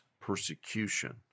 persecution